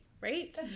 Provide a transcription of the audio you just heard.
right